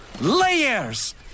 Layers